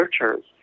researchers